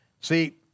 See